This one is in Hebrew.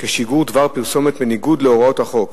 כשיגור דבר פרסומת בניגוד להוראות החוק